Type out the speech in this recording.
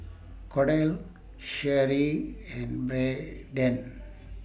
Kordell Sherry and Braeden